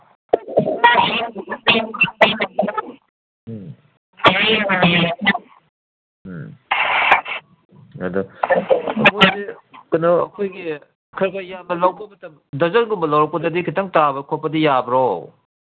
ꯎꯝ ꯎꯝ ꯑꯗꯣ ꯀꯩꯅꯣꯅꯦ ꯀꯩꯅꯣ ꯑꯩꯈꯣꯏꯒꯤ ꯈꯒ ꯌꯥꯝꯅ ꯂꯧꯕ ꯃꯇꯝ ꯗꯔꯖꯟꯒꯨꯝꯕ ꯂꯧꯔꯛꯄꯗꯗꯤ ꯈꯤꯇꯪ ꯇꯥꯕ ꯈꯣꯠꯄꯗꯤ ꯌꯥꯕ꯭ꯔꯣ